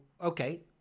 okay